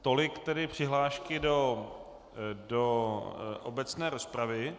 Tolik tedy přihlášky do obecné rozpravy.